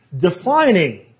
defining